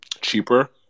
Cheaper